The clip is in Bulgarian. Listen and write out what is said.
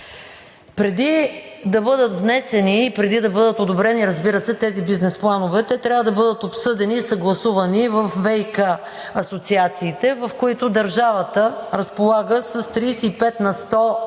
Преди да бъдат внесени и да бъдат одобрени, разбира се, тези бизнес планове, те трябва да бъдат обсъдени и съгласувани във ВиК асоциациите, в които държавата разполага с 35 на сто от